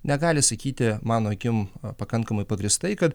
negali sakyti mano akim pakankamai pagrįstai kad